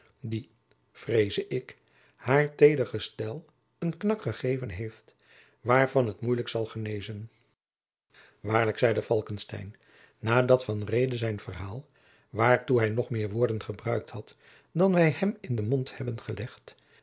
die vreeze ik haar teder gestel een knak gegeven heeft waarvan het moeilijk zal genezen waarlijk zeide falckestein nadat van reede zijn verhaal waartoe hij nog meer woorden gebruikt had dan wij hem in den mond hebben gelegd